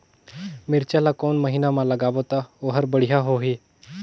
मिरचा ला कोन महीना मा लगाबो ता ओहार बेडिया होही?